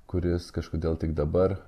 kuris kažkodėl tik dabar